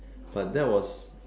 but that was